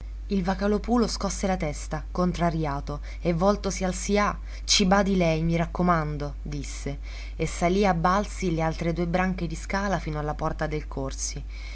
adriana il vocalòpulo scosse la testa contrariato e voltosi al sià ci badi lei mi raccomando disse e salì a balzi le altre due branche di scala fino alla porta del corsi